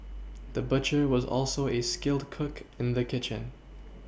the butcher was also a skilled cook in the kitchen